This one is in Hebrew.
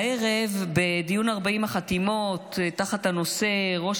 הערב בדיון 40 חתימות תחת הנושא: ראש